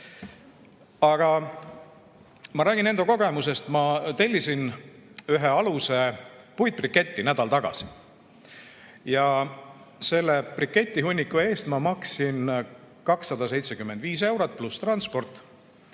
Aga ma räägin enda kogemusest. Ma tellisin ühe aluse puitbriketti nädal tagasi. Ja selle briketihunniku eest ma maksin 275 eurot pluss transport.